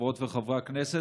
חברות וחברי הכנסת,